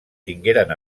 tingueren